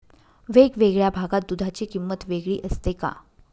वेगवेगळ्या भागात दूधाची किंमत वेगळी असते का?